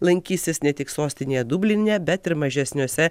lankysis ne tik sostinėje dubline bet ir mažesniuose